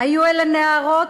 היו אלה נהרות